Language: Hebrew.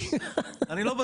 חיסיון,